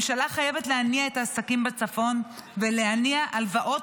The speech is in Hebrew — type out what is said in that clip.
הממשלה חייבת להניע את העסקים בצפון ולהניע הלוואות